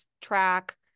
track